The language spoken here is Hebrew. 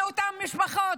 של אותן משפחות,